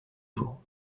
jour